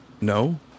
No